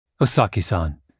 Osaki-san